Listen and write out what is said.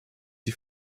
die